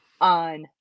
on